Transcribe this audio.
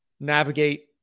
navigate